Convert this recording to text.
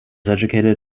educated